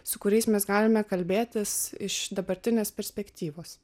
su kuriais mes galime kalbėtis iš dabartinės perspektyvos